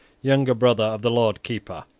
younger brother of the lord keeper.